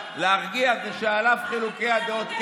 להרגיע זה שעל אף חילוקי הדעות,